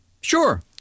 Sure